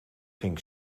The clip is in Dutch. hing